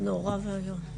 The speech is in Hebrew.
את מגינה עליו?